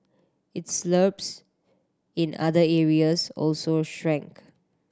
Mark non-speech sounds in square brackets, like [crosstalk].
its [unintelligible] in other areas also shrank